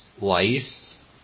life